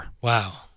Wow